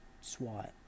SWAT